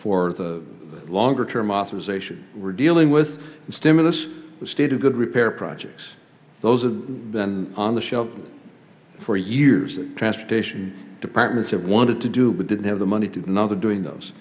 for the longer term authorization we're dealing with the stimulus the state of good repair projects those and then on the shelf for years transportation departments that wanted to do but didn't have the money to another doing those